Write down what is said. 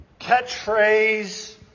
catchphrase